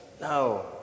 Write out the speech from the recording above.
No